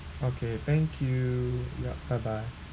okay thank you ya bye bye